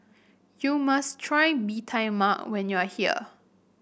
you must try Bee Tai Mak when you are here